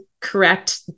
correct